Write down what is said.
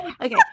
Okay